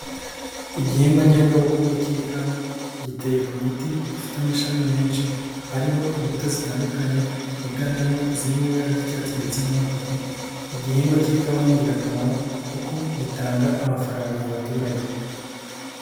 Igihingwa ngengabukungu cy'ikawa giteye ku giti gifite amashami menshi ariho imbuto zitandukanye higanjemo izirimo ibara ry'icyatsi ndetse n'umutuku, igihingwa cy'ikawa n'ingirakamaro kuko gitanga amafaranga mu baturage.